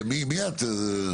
מי את?